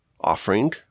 offering